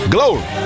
Glory